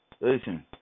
listen